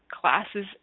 classes